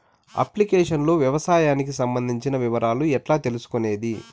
Application లో వ్యవసాయానికి సంబంధించిన వివరాలు ఎట్లా తెలుసుకొనేది?